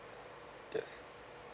yes